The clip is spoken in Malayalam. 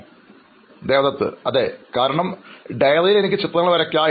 അഭിമുഖം സ്വീകരിക്കുന്നയാൾ അതെകാരണം ഡയറിയിൽ എനിക്ക് ചിത്രങ്ങൾ വരയ്ക്കാം